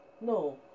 No